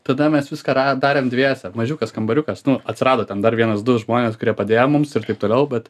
tada mes viską ra darėm dviese mažiukas kambariukas nu atsirado ten dar vienas du žmonės kurie padėjo mums ir taip toliau bet